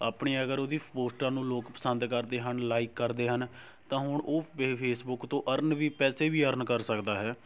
ਆਪਣੀ ਅਗਰ ਉਹਦੀ ਪੋਸਟਾਂ ਨੂੰ ਲੋਕ ਪਸੰਦ ਕਰਦੇ ਹਨ ਲਾਈਕ ਕਰਦੇ ਹਨ ਤਾਂ ਹੁਣ ਉਹ ਫੇਸਬੁੱਕ ਤੋਂ ਅਰਨ ਵੀ ਪੈਸੇ ਵੀ ਅਰਨ ਕਰ ਸਕਦਾ ਹੈ